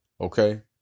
okay